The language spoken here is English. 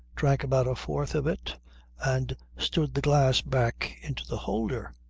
drank about a fourth of it and stood the glass back into the holder.